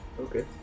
Okay